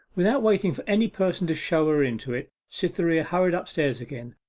without waiting for any person to show her into it, cytherea hurried upstairs again,